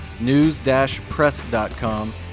news-press.com